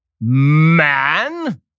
man